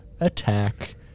attack